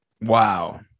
wow